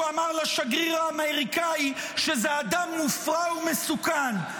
אמר לשגריר האמריקאי שזה אדם מופרע ומסוכן.